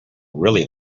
really